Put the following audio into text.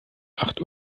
acht